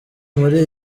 muri